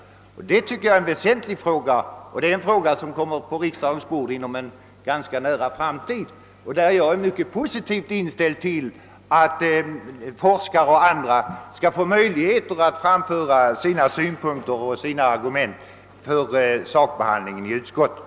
Detta är en väsentlig fråga, och den kommer på riksdagens bord inom en ganska näraliggande framtid. Jag är mycket positivt inställd till förslaget att lämna forskare och andra kategorier tillfälle att framföra sina synpunkter och argument, så att dessa kan upptagas till sakbehandling i utskotten.